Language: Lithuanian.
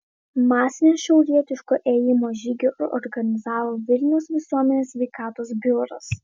masinį šiaurietiško ėjimo žygį organizavo vilniaus visuomenės sveikatos biuras